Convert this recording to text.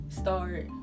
start